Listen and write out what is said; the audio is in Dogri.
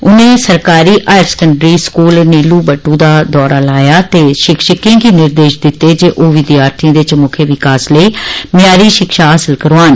उनें सरकारी higher secondary school Neeb Batu दा बी दौरा लाया ते शिक्षकें गी निर्देश दिते जे ओ विद्यार्थियें दे चमूखे विकास लेई म्यारी शिक्षा हासिल करोआन